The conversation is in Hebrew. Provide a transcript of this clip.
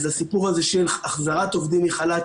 אז הסיפור הזה של החזרת עובדים מחל"ת